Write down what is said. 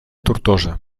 tortosa